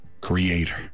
creator